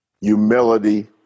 Humility